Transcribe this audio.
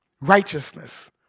righteousness